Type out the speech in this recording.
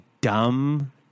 dumb